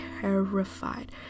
terrified